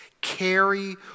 Carry